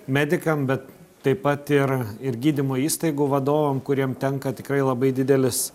medikam bet taip pat ir ir gydymo įstaigų vadovam kuriem tenka tikrai labai didelis